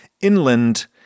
inland